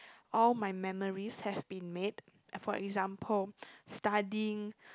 all my memories have been made uh for example studying